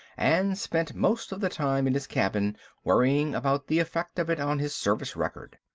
and spent most of the time in his cabin worrying about the affect of it on his service record.